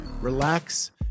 relax